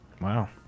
Wow